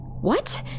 What